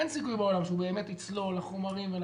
אין סיכוי בעולם שהוא באמת יצלול לחומרים ולכול.